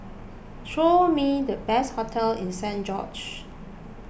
show me the best hotel in Saint George's